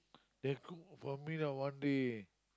then cook for me lah one day